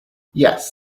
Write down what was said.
yes